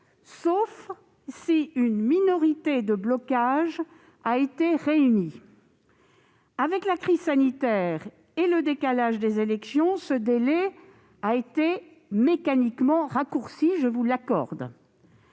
sauf si une minorité de blocage a été réunie. Avec la crise sanitaire et le décalage des élections, ce délai a été mécaniquement raccourci, je vous l'accorde.